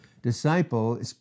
disciple